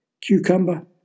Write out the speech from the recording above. Cucumber